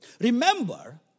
Remember